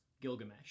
Gilgamesh